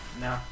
No